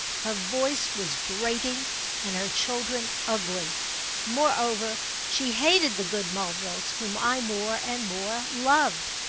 her voice was grating and her children ugly moreover she hated the good mulvilles, whom i more and more loved.